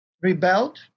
rebelled